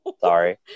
sorry